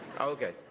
Okay